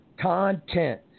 Content